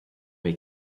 may